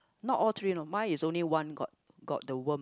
not all three you know mine is only one got got the worm